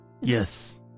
Yes